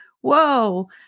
whoa